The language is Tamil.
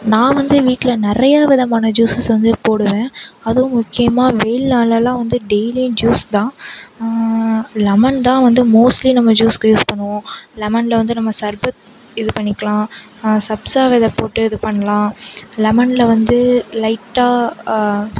நான் வந்து வீட்டில் நிறையா விதமான ஜூஸஸ் வந்து போடுவேன் அதுவும் முக்கியமாக வெயில் நாள்லல்லாம் வந்து டெய்லி ஜூஸ்தான் லெமன்தான் வந்து மோஸ்ட்லி நம்ம ஜூஸுக்கு யூஸ் பண்ணுவோம் லெமனில் வந்து நம்ம சர்பத் இது பண்ணிக்கலாம் சப்ஜா வெதை போட்டு இது பண்ணலாம் லெமனில் வந்து லைட்டாக